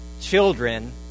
children